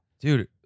Dude